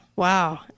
Wow